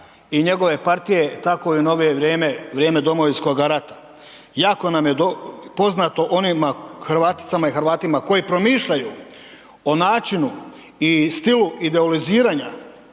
i njegove partije tako i u novije vrijeme, vrijeme Domovinskoga rata. Jako nam je poznato onima Hrvaticama i Hrvatima koji promišljaju o načinu i stilu idoliziranja